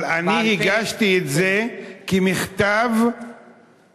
אבל אני הגשתי את זה כמכתב ופנייה